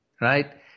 Right